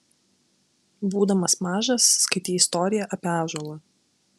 būdamas mažas skaitei istoriją apie ąžuolą